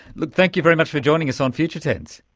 like thank you very much for joining us on future tense.